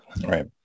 Right